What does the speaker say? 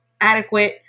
adequate